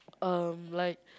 um like